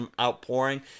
outpouring